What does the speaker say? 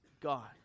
God